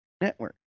network